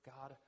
God